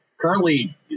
currently